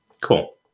Cool